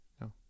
No